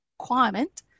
requirement